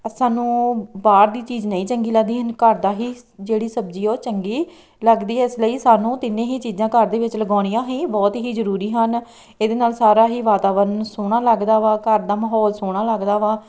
ਸਾਨੂੰ ਬਾਹਰ ਦੀ ਚੀਜ਼ ਨਹੀਂ ਚੰਗੀ ਲੱਗਦੀ ਹਨ ਘਰ ਦਾ ਹੀ ਜਿਹੜੀ ਸਬਜ਼ੀ ਹੈ ਉਹ ਚੰਗੀ ਲੱਗਦੀ ਹੈ ਇਸ ਲਈ ਸਾਨੂੰ ਤਿੰਨੇ ਹੀ ਚੀਜ਼ਾਂ ਘਰ ਦੇ ਵਿੱਚ ਲਗਾਉਣੀਆਂ ਹੀ ਬਹੁਤ ਹੀ ਜ਼ਰੂਰੀ ਹਨ ਇਹਦੇ ਨਾਲ ਸਾਰਾ ਹੀ ਵਾਤਾਵਰਨ ਸੋਹਣਾ ਲੱਗਦਾ ਵਾ ਘਰ ਦਾ ਮਹੌਲ ਸੋਹਣਾ ਲੱਗਦਾ ਵਾ